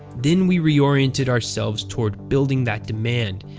then we reoriented ourselves towards building that demand,